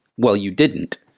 well you didn't.